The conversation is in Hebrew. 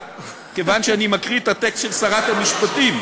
כיוון שאני מקריא את הטקסט של שרת המשפטים.